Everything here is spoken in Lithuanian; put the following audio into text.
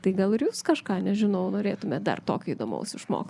tai gal ir jūs kažką nežinau norėtumėt dar tokio įdomaus išmokt